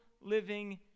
living